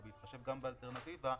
ובהתחשב גם באלטרנטיבה,